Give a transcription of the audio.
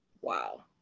wow